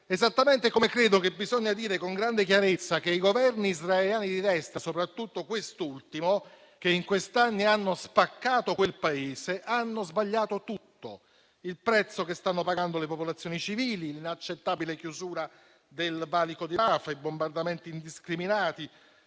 esattamente come credo che bisogna dire con grande chiarezza che i governi israeliani di destra, soprattutto quest'ultimo, che in questi anni hanno spaccato quel Paese, hanno sbagliato tutto. Il prezzo che stanno pagando le popolazioni civili, l'inaccettabile chiusura del valico di Rafah, i bombardamenti indiscriminati